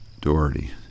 Doherty